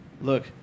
Look